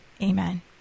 amen